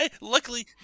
Luckily